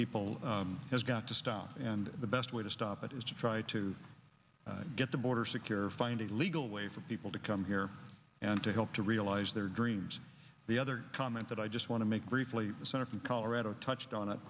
people has got to stop and the best way to stop it is to try to get the border secure find a legal way for people to come here and to help to realize their dreams the other comment that i just want to make briefly the senator from colorado touched on it